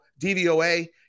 DVOA